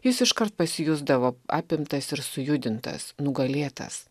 jis iškart pasijusdavo apimtas ir sujudintas nugalėtas